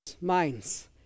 minds